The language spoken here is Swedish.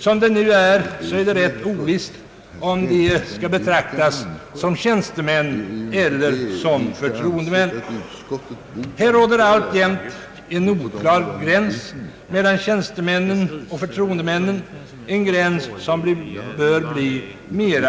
Som det nu förhåller sig är det ganska ovisst om de skall betraktas som tjänstemän eller som förtroendemän. Här råder alltjämt en oklar gräns mellan tjänstemännen och förtroendemännen — en gräns som bör bli mer